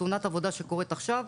תאונת עבודה שקורית עכשיו,